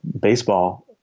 baseball